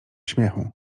śmiechu